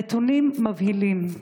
הנתונים מבהילים.